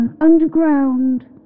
underground